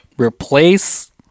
replace